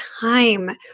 time